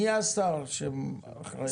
מי השר שאחראי?